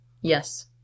Yes